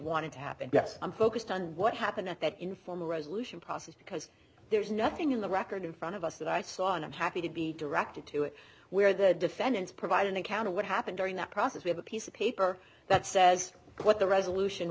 wanted to happen yes i'm focused on what happened at that informal resolution process because there's nothing in the record in front of us that i saw and i'm happy to be directed to it where the defendants provide an account of what happened during that process we have a piece of paper that says what the resolution